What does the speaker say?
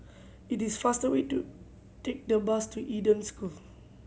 it is faster way to take the bus to Eden School